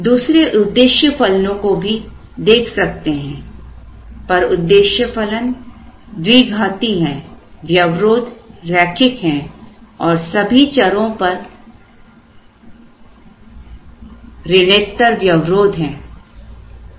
दूसरे उद्देश्य फलनों को भी देख सकते हैं पर उद्देश्य फलन द्विघाती है व्यवरोध रैखिक है और सभी चरों पर ऋणोत्तर व्यवरोध है